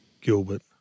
Gilbert